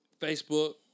Facebook